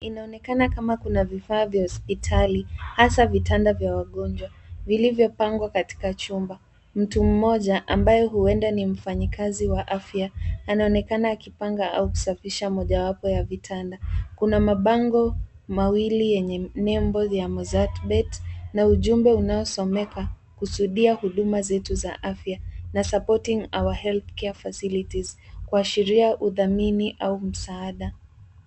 Inaonekana kama kuna vifaa vya hospitali hasa vitanda vya wagonjwa vilivyopangwa katika chumba. Mtu mmoja ambaye huenda ni mfanyikazi wa afya, anaonekana akipanga au kusafisha mojawapo ya vitanda. Kuna mabango mawili yenye nembo ya Mozzart Bet na ujumbe unaosomeka kusudia huduma zetu za afya na supporting our health care facilities , kuashiria udhamini au msaada.